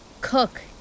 Cook